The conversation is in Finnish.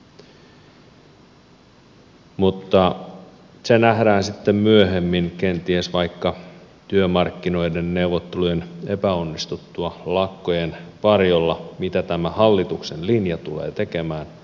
mutta se nähdään sitten myöhemmin kenties vaikka työmarkkinaneuvotteluiden epäonnistuttua lakkojen varjolla mitä tämä hallituksen linja tulee tekemään